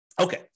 Okay